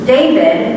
David